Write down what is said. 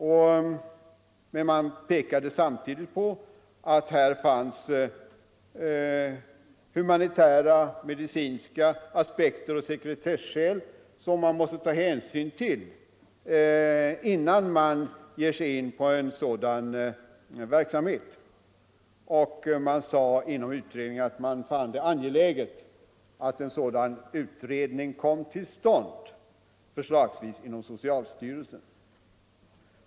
Men utredningen pekade 149 samtidigt på att här fanns humanitära och medicinska aspekter och sekretesskäl som man måste ta hänsyn till innan man ger sig in på en sådan verksamhet. Det sades också att man fann det angeläget att en utredning kom till stånd, förslagsvis inom socialstyrelsen.